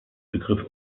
begriff